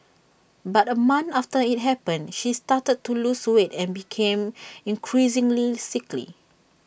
but A month after IT happened she started to lose weight and became increasingly sickly